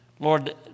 Lord